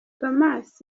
thomas